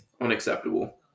Unacceptable